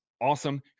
awesome